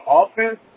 offense